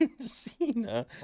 Cena